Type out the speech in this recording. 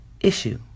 Issue